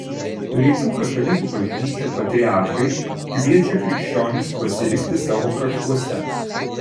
rytų katalikų bažnyčių patriarchai kviečia krikščionis pasilikti savo kraštuose